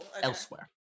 elsewhere